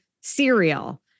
cereal